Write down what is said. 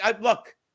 Look